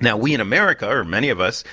now, we in america or many of us